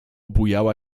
bujała